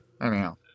Anyhow